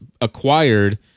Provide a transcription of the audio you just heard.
acquired